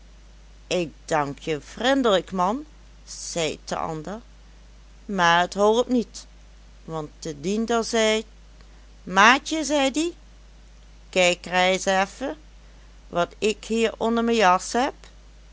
ik dankje vrindelijk man zeit den ander maar het holp niet want de diender zei maatje zeidie kijk reis effen wat ik hier onder me jas heb